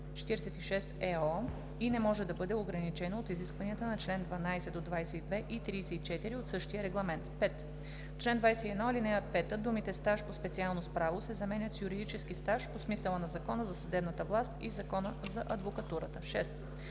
95/46/ЕО и не може да бъде ограничено от изискванията на чл. 12 – 22 и 34 от същия регламент.“ 5. В чл. 21, ал. 5 думите „стаж по специалност „Право“ се заменят с „юридически стаж по смисъла на Закона за съдебната власт и Закона за адвокатурата“. 6.